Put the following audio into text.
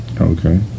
Okay